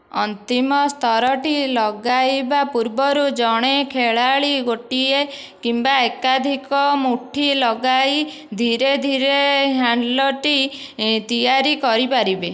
ଅନ୍ତିମ ସ୍ତରଟି ଲଗାଇବା ପୂର୍ବରୁ ଜଣେ ଖେଳାଳି ଗୋଟିଏ କିମ୍ବା ଏକାଧିକ ମୁଠି ଲଗାଇ ଧୀରେ ଧୀରେ ହ୍ୟାଣ୍ଡଲରଟି ତିଆରି କରିପାରିବେ